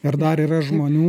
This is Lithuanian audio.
ir dar yra žmonių